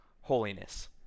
holiness